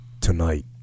tonight